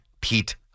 Pete